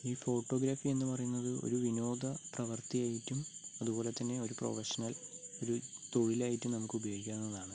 ഈ ഫോട്ടോഗ്രാഫി എന്ന് പറയുന്നത് ഒരു വിനോദ പ്രവർത്തിയായിട്ടും അതുപോലെ തന്നെ ഒരു പ്രൊഫഷണൽ ഒരു തൊഴിലായിട്ടും നമുക്ക് ഉപയോഗിക്കാവുന്നതാണ്